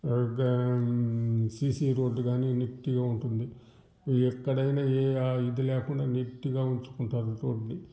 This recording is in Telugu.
ఆర్ బెన్ సిసి రోడ్డు కానీ నీట్గా ఉంటుంది ఎక్కడైనా ఏ ఇది లేకుండా నీట్గా ఉంచుకుంటారు రోడ్ని